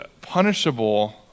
punishable